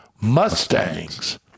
Mustangs